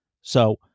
So-